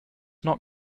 not